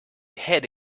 head